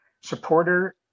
supporter